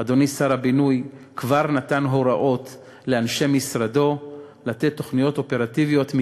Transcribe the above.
אדוני שר הבינוי כבר נתן הוראות לאנשי משרדו לתת תוכניות אופרטיביות,